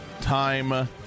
time